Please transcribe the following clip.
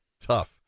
Tough